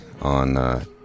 on